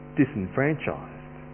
disenfranchised